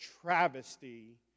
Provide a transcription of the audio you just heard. travesty